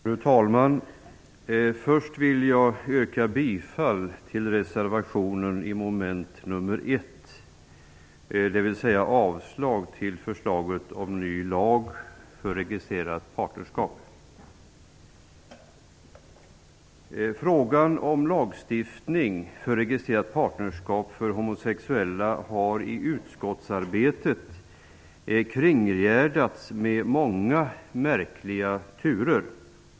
Fru talman! Först vill jag yrka bifall till reservationen till mom. 1, dvs. avslag till förslaget om ny lag för registrerat partnerskap. Frågan om lagstiftning för registrerat partnerskap för homosexuella har i utskottsarbetet kringgärdats av många märkliga turer.